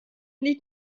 nicht